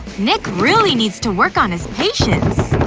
nick really needs to work on his patience.